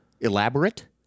Elaborate